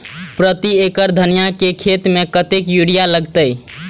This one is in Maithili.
प्रति एकड़ धनिया के खेत में कतेक यूरिया लगते?